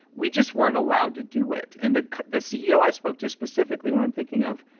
we just weren't allowed to do it. and the the ceo i spoke to specifically what i'm thinking of,